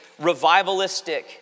revivalistic